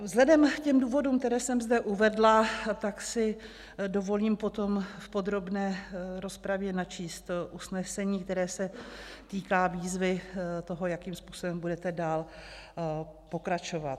Vzhledem k důvodům, které jsem zde uvedla, si dovolím potom v podrobné rozpravě načíst usnesení, které se týká výzvy toho, jakým způsobem budete dál pokračovat.